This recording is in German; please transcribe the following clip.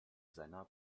seiner